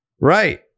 Right